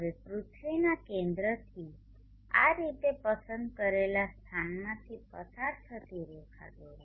હવે પૃથ્વીના કેન્દ્રથી આ રીતે પસંદ કરેલા સ્થાનમાંથી પસાર થતી રેખા દોરો